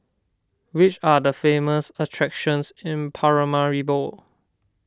which are the famous attractions in Paramaribo